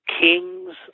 kings